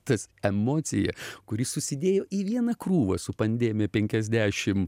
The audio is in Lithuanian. tas emocija kuri susidėjo į vieną krūvą su pandemija penkiasdešimt